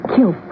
Kill